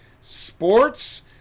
sports